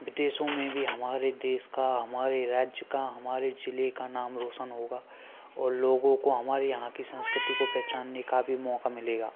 विदेशों में भी हमारे देश का हमारे राज्य का हमारे ज़िले का नाम रोशन होगा और लोगों को हमारे यहाँ की संस्कृति को पहचानने का भी मौका मिलेगा